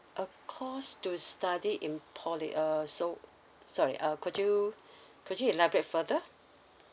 a course to study in poly uh so sorry uh could you could you elaborate further